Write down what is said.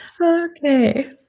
Okay